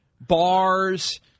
bars